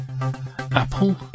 Apple